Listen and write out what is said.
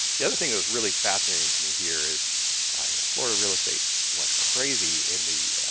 the other thing that was really fascinating to me here is you know florida real estate went crazy in the,